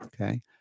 okay